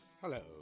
Hello